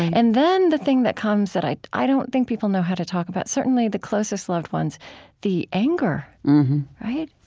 and then the thing that comes that i i don't think people know how to talk about, certainly the closest loved ones the anger mm-hmm right?